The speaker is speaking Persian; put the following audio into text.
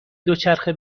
دوچرخه